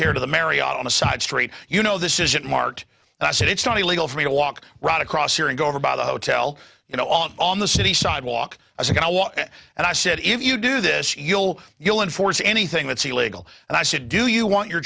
here to the marriott on a side street you know this isn't marked and i said it's not illegal for me to walk right across here and go over by the hotel you know on on the city sidewalk as i was and i said if you do this you'll you'll enforce anything that's illegal and i said do you want your